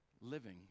living